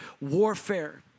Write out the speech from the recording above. warfare